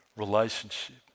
relationship